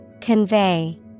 Convey